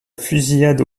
fusillade